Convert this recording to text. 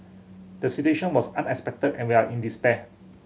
the situation was unexpected and we are in despair